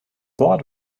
bord